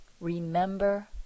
remember